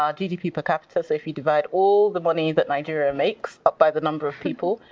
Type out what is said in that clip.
um gdp per capita, so if you divide all the money that nigeria makes up by the number of people,